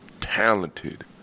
talented